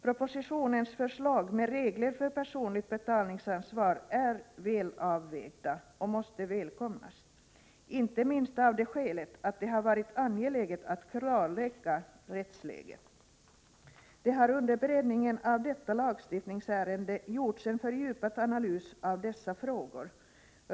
Propositionens förslag med regler för personligt betalningsansvar är välavvägda och måste välkomnas — inte minst av det skälet att det har varit angeläget att klarlägga rättsläget. Det har under beredningen av detta lagstiftningsärende gjorts en fördjupad analys av dessa frågor.